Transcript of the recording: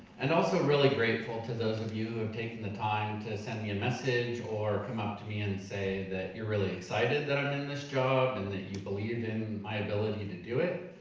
and also really grateful to those of you who have taken the time to send me a message or come up to me and say that you're really excited that i'm in this job and that you believe in my ability to do it.